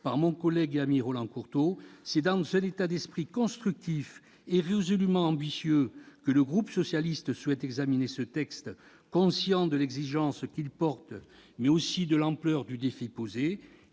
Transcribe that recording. par mon collègue et ami Roland Courteau, c'est dans un état d'esprit constructif et résolument ambitieux que le groupe socialiste souhaite examiner ce projet de loi. Conscient de l'exigence qu'il porte, mais aussi de l'ampleur du défi posé,